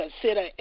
consider